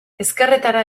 ezkerretara